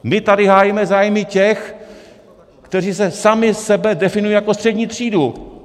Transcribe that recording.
My tady hájíme zájmy těch, kteří sami sebe definují jako střední třídu.